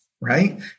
right